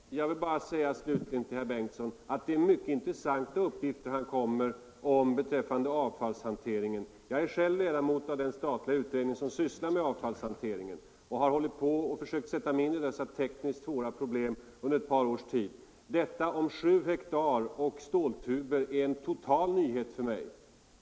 Förs jarlen in Herr talman! Jag vill bara slutligen säga till herr Bengtson att det är — Ang. säkerhetsoch mycket intressanta uppgifter han kommer med beträffande avfallshan — nedrustningsfrågorteringen. Jag är själv ledamot av den statliga utredning som sysslar med = na avfallshanteringen, och jag har hållit på med att försöka sätta mig in i dessa tekniskt svåra problem under ett par års tid. Uppgiften om 7 hektar och ståltuber är en total nyhet för mig.